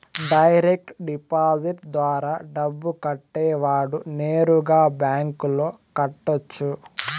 direct deposit ద్వారా డబ్బు కట్టేవాడు నేరుగా బ్యాంకులో కట్టొచ్చు